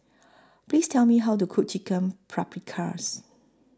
Please Tell Me How to Cook Chicken Paprikas